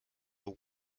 were